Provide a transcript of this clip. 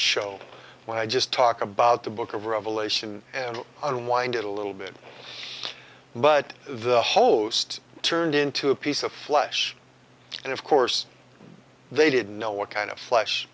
show when i just talk about the book of revelation and unwind it a little bit but the host turned into a piece of flesh and of course they didn't know what kind of flesh